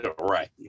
Right